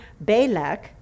Balak